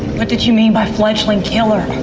what did you mean by fledgling killer